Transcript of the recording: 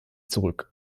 zurück